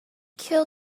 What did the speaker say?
kill